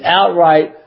outright